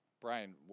Brian